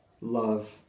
love